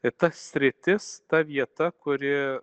ir ta sritis ta vieta kuri